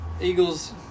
Eagles